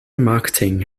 marketing